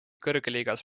kõrgliigas